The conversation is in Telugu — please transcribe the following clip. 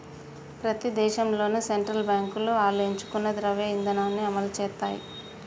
ప్రతి దేశంలోనూ సెంట్రల్ బాంకులు ఆళ్లు ఎంచుకున్న ద్రవ్య ఇదానాన్ని అమలుసేత్తాయి